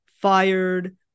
Fired